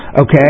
Okay